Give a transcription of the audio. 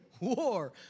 war